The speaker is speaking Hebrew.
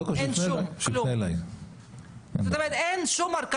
כשניהלתי את המחלקה הזאת לא היה דבר כזה שרבנים